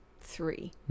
three